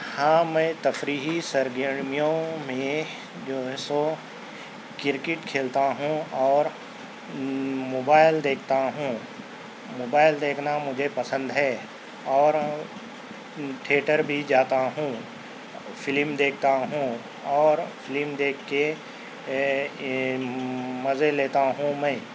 ہاں میں تفریحی سرگیرمیوں میں جو ہے سو کرکٹ کھیلتا ہوں اور موبائل دیکھتا ہوں موبائل دیکھنا مجھے پسند ہے اور ٹھیٹر بھی جاتا ہوں فلم دیکھتا ہوں اور فلم دیکھ کے مزے لیتا ہوں میں